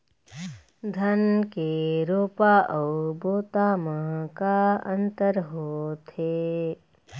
धन के रोपा अऊ बोता म का अंतर होथे?